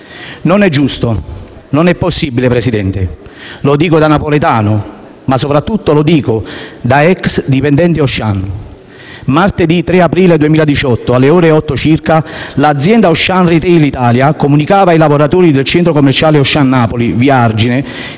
11 Aprile 2018 Non è possibile, Presidente! Lo dico da napoletano, ma soprattutto lo dico da ex-dipendente Auchan. Martedì 3 aprile 2018, alle ore 8 circa, l’azienda Auchan retail Italia, comunicava ai lavoratori del centro commerciale Auchan Napoli (Via Argine)